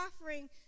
offering